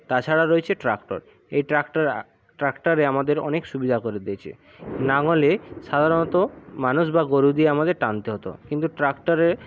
তাছাড়াও রয়েছে ট্রাক্টর এই ট্রাক্টরা ট্রাক্টরে আমাদের অনেক সুবিধা করে দিয়েছে লাঙলে সাধারণত মানুষ বা গরু দিয়ে আমাদের টানতে হতো কিন্তু ট্রাক্টরে